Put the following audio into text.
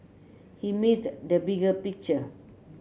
he missed the bigger picture